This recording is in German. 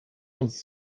uns